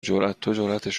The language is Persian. جراتش